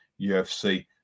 UFC